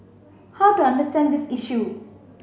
how to understand this issue